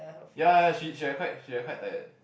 ya ya ya she she like quite she like quite tired